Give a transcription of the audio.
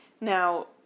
Now